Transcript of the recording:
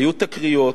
היו תקריות,